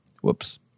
Whoops